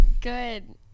good